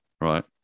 right